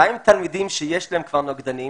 מה עם תלמידים שיש להם כבר נוגדנים?